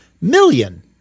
million